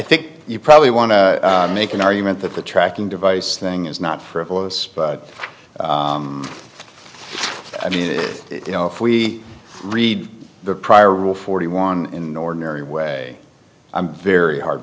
think you probably want to make an argument that the tracking device thing is not frivolous but i mean you know if we read the prior rule forty one in the ordinary way i'm very hard